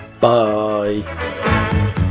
bye